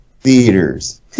theaters